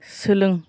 सोलों